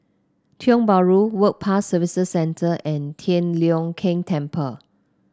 Tiong Bahru Work Pass Services Centre and Tian Leong Keng Temple